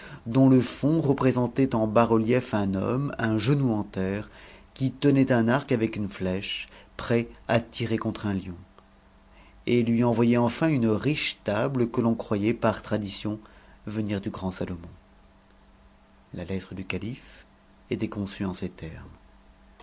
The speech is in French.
dont le fond représcntau en bas-relief un homme un genou en terre qui tenait un arc avec une ficcm prêta tirer contre un lion et lui envoyait enfin une riche table que t o croyait par tradition venir du grand salomon la lettre ducalne conçue on ces termes